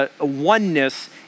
oneness